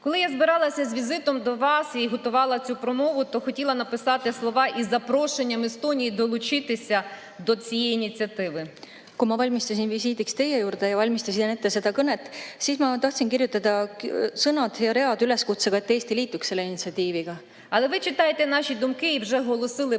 Kui ma valmistusin visiidiks teie juurde ja valmistasin ette seda kõnet, siis ma tahtsin kirjutada sõnad ja read üleskutseks, et Eesti liituks selle initsiatiiviga.